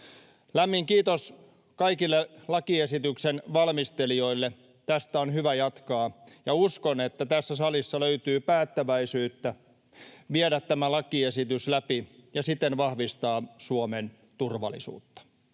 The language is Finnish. Lämmin kiitos kaikille lakiesityksen valmistelijoille. Tästä on hyvä jatkaa, ja uskon, että tässä salissa löytyy päättäväisyyttä viedä tämä lakiesitys läpi ja siten vahvistaa Suomen turvallisuutta.